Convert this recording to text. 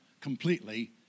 completely